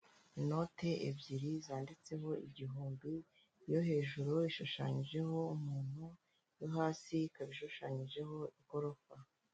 Inoti ebyiri zanditseho igihumbi iyo hejuru ishushanyijeho umuntu iyo hasi ikaba ishushanyijeho igorofa.